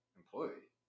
employee